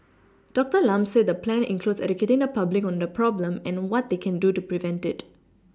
doctor Lam said the plan includes educating the public on the problem and what they can do to prevent it